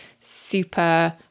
super